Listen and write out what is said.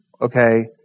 okay